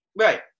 Right